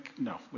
no